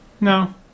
No